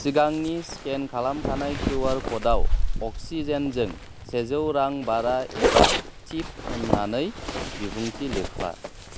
सिगांनि स्केन खालामखानाय किउआर कडआव अक्सिजेनजों सेजौ रां बारा एबा टिप होन्नानै बिबुंथि लिरफा